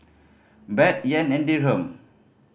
Baht Yen and Dirham